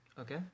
Okay